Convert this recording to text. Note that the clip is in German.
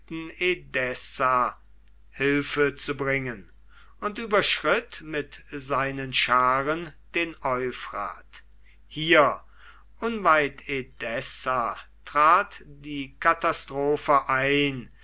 hilfe zu bringen und überschritt mit seinen scharen den euphrat hier unweit edessa trat die katastrophe ein